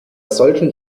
solchen